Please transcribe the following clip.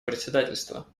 председательства